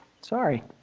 Sorry